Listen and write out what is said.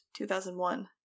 2001